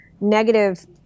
negative